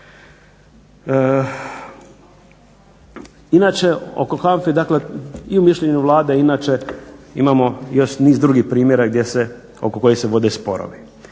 Inače, oko HANFA-e, dakle i u mišljenju Vlade inače imao još niz drugih primjera gdje se, oko koje se vode sporovi.